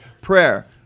Prayer